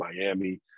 Miami